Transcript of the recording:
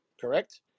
correct